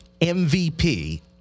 mvp